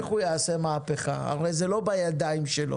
איך הוא יעשה מהפכה, הרי זה לא בידיים שלו?